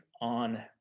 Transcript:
on